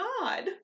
God